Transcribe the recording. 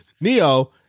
Neo